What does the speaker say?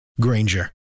Granger